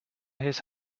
his